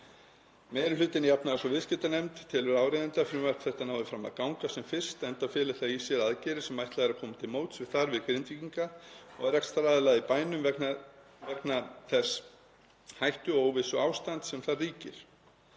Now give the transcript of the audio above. Meiri hlutinn í efnahags- og viðskiptanefnd telur áríðandi að frumvarp þetta nái fram að ganga sem fyrst enda feli það í sér aðgerðir sem ætlað er að koma til móts við þarfir Grindvíkinga og rekstraraðila í bænum vegna þess hættu- og óvissuástands sem þar ríkir.